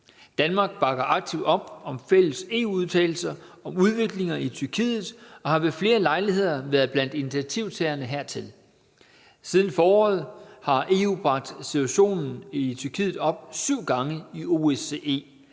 Danmark bakker aktivt op om fælles EU-udtalelser om udviklinger i Tyrkiet og har ved flere lejligheder været blandt initiativtagerne hertil. Siden foråret har EU bragt situationen i Tyrkiet op syv gange i OSCE.